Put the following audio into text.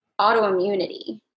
autoimmunity